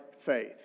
faith